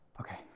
Okay